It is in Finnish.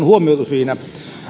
huomioitu siinä